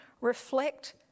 reflect